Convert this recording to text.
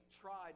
tried